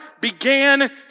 began